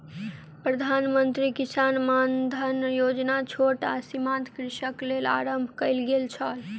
प्रधान मंत्री किसान मानधन योजना छोट आ सीमांत कृषकक लेल आरम्भ कयल गेल छल